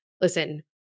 listen